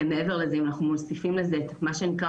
מעבר לזה אם אנחנו מוסיפים לזה מה שנקרא